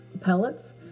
pellets